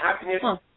Happiness